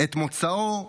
את מוצאו,